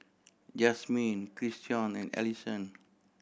Jasmin Christion and Allyson